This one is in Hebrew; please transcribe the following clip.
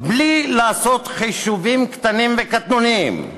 בלי לעשות חישובים קטנים וקטנוניים.